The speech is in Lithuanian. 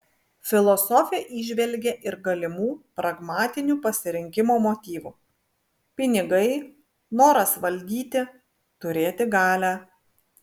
filosofė įžvelgė ir galimų pragmatinių pasirinkimo motyvų pinigai noras valdyti turėti galią